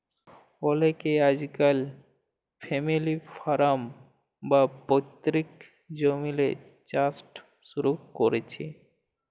অলেকে আইজকাইল family farm বা পৈত্তিক জমিল্লে চাষট শুরু ক্যরছে